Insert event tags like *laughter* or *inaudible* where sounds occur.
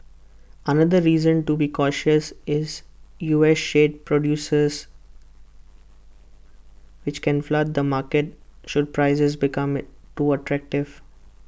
another reason to be cautious is U S shale producers which can flood the market should prices become *unintelligible* too attractive